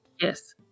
Yes